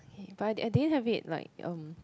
but I I didn't have it like um